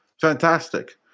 Fantastic